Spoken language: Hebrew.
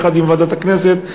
יחד עם ועדת הכנסת,